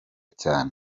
cyane